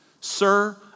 Sir